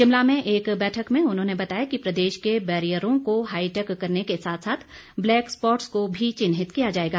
शिमला में एक बैठक में उन्होंने बताया कि प्रदेश के बैरियरों को हाईटैक करने के साथ साथ ब्लैक स्पॉटस को भी चिन्हित किया जाएगा